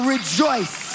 Rejoice